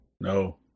No